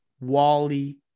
Wally